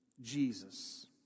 Jesus